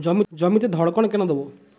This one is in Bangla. জমিতে ধড়কন কেন দেবো?